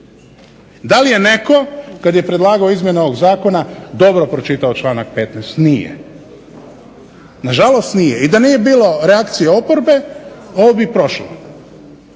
Da li je netko kad je predlagao izmjene ovog zakona dobro pročitao članak 15.? Nije, nažalost nije. I da nije bilo reakcije oporbe ovo bi prošlo.